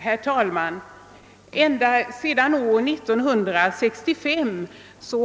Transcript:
Herr talman! Ända sedan 1965